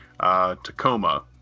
Tacoma